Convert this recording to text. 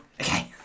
Okay